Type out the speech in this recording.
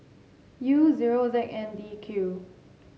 U zero Z N D Q